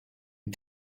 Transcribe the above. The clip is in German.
die